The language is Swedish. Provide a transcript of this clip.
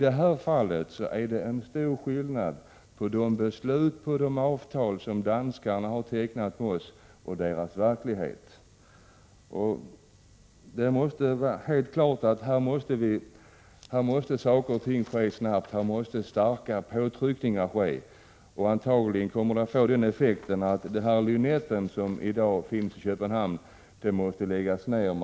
De beslut danskarna har fattat och de avtal de har tecknat med oss skiljer sig avsevärt från verkligheten. Här måste det utövas starka påtryckningar, så att saker och ting sker snabbt. Antagligen kommer det att få den effekten att Lynetten måste läggas ner.